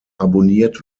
abonniert